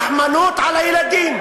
יואל,